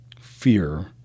fear